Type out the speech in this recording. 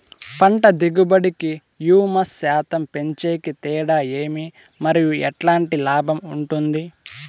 పంట దిగుబడి కి, హ్యూమస్ శాతం పెంచేకి తేడా ఏమి? మరియు ఎట్లాంటి లాభం ఉంటుంది?